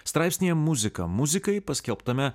straipsnyje muzika muzikai paskelbtame